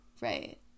Right